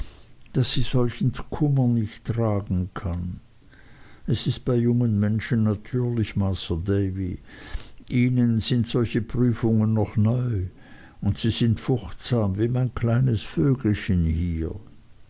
daß sie solchen kummer nicht tragen kann es ist bei jungen menschen natürlich masr davy ihnen sind solche prüfungen noch neu und sie sind furchtsam wie mein kleines vögelchen hier